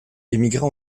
émigra